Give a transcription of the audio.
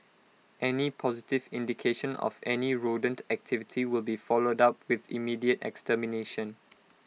any positive indication of any rodent activity will be followed up with immediate extermination